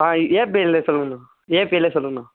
ஆ ஏபிஎல்லே சொல்லுங்கண்ணா ஏபிஎல்லே சொல்லுங்கண்ணா